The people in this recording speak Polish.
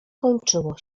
kończyło